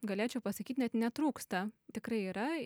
galėčiau pasakyti net netrūksta tikrai yra